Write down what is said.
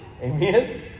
Amen